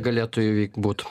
galėtų įvykt būtų